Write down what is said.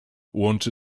łączy